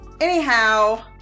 anyhow